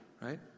Right